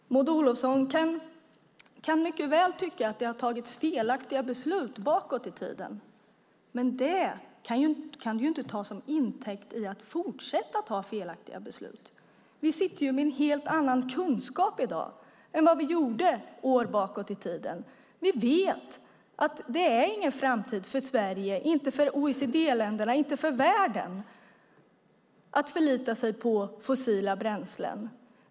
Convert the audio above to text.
Maud Olofsson kan mycket väl tycka att det har fattats felaktiga beslut bakåt i tiden, men det kan inte tas till intäkt för att fortsätta fatta felaktiga beslut. Vi sitter med en helt annan kunskap i dag än vad vi gjorde år bakåt i tiden. Vi vet att det inte är en framtid för Sverige, inte för OECD-länderna, inte för världen, att förlita sig på fossila bränslen.